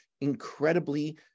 incredibly